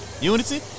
Unity